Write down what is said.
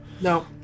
No